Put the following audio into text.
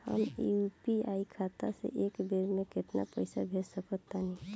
हम यू.पी.आई खाता से एक बेर म केतना पइसा भेज सकऽ तानि?